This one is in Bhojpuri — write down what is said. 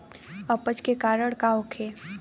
अपच के कारण का होखे?